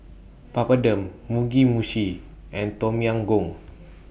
Papadum Mugi Meshi and Tom Yam Goong